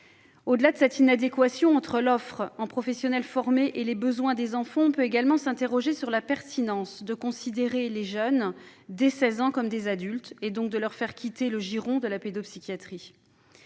Au-delà de cette inadéquation entre l'offre en professionnels formés et les besoins des enfants, on peut également s'interroger sur la pertinence de considérer les jeunes, dès 16 ans, comme des adultes, et donc de leur faire quitter le giron de la pédopsychiatrie.